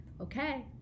Okay